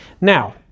Now